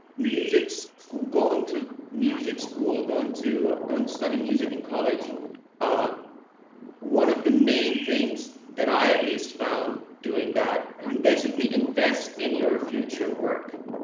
music school going to music school, going to going to study music in college ah one of the main things that i at least found doing that, you basically invest in your future work.